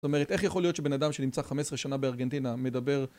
זאת אומרת, איך יכול להיות שבן אדם שנמצא 15 שנה בארגנטינה מדבר...